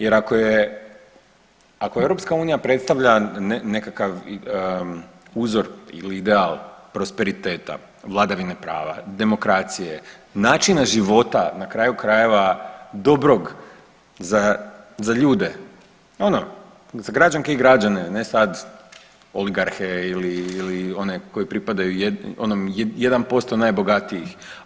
Jer ako EU predstavlja nekakav uzor ili ideal prosperiteta, vladavine prava, demokracije, načina života na kraju krajeva dobrog za ljude, ono za građanke i građane ne sad oligarhe ili one koji pripadaju, ono jedan posto najbogatijih.